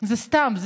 זה סתם,